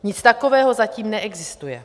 Nic takového zatím neexistuje.